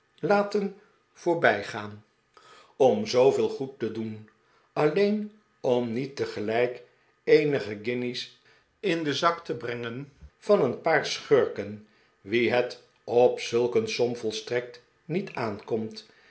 laten voorbijgaan om zooveel goed te doen alleen om niet tegelijk eenige guinjes in den zak te breiigen van een paar schurken wie het op zulk een som volstrekt niet aankomt